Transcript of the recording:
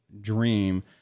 dream